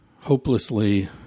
hopelessly